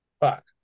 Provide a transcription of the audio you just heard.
fuck